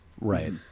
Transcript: Right